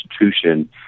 institution